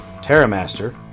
Terramaster